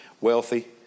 wealthy